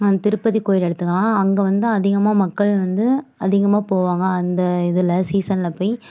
திருப்பதி கோயிலை எடுத்துக்கிறாங்க அங்கே வந்து அதிகமாக மக்கள் வந்து அதிகமாக போவாங்க அந்த இதில் சீசனில் போய்